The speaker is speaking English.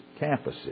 campuses